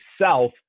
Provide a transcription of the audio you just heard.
South